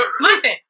Listen